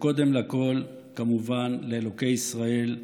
וקודם לכול, כמובן לאלוקי ישראל,